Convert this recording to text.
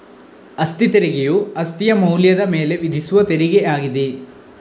ಅಸ್ತಿ ತೆರಿಗೆಯು ಅಸ್ತಿಯ ಮೌಲ್ಯದ ಮೇಲೆ ವಿಧಿಸುವ ತೆರಿಗೆ ಆಗಿದೆ